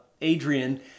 Adrian